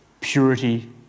purity